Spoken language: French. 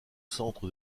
centre